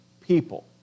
people